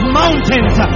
mountains